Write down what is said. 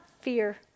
fear